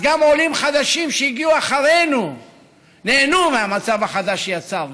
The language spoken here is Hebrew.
גם עולים חדשים שהגיעו אחרינו נהנו מהמצב החדש שיצרנו.